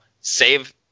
save